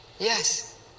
Yes